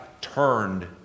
turned